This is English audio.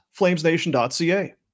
flamesnation.ca